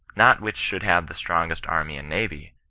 not which should have the strongest army and navy,